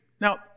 Now